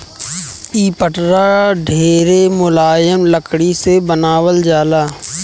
इ पटरा ढेरे मुलायम लकड़ी से बनावल जाला